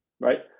right